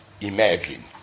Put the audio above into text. imagine